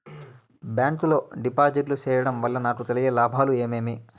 Bank లో డిపాజిట్లు సేయడం వల్ల నాకు కలిగే లాభాలు ఏమేమి?